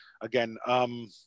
Again